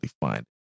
find